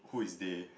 who is they